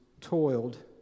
toiled